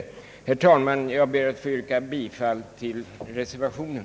Jag ber, herr talman, att få yrka bifall till reservationen.